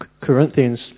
Corinthians